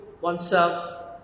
oneself